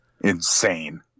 insane